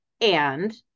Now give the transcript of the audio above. and-